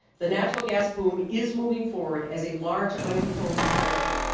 the natural gas boom is moving forward as a large uncontrolled experiment